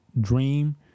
dream